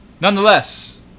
nonetheless